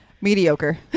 Mediocre